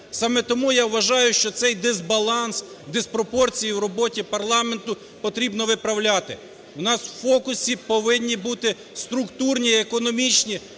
Саме тому, я вважаю, що цей дисбаланс, диспропорції в роботі парламенту потрібно виправляти. У нас в фокусі повинні бути структурні економічні